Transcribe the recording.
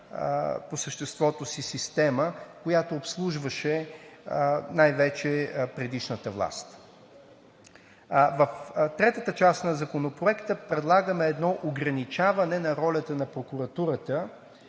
по съществото си система, която обслужваше най-вече предишната власт. В третата част на Законопроекта предлагаме едно ограничаване на ролята на прокуратурата